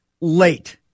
late